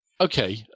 Okay